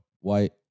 White